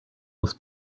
was